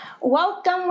Welcome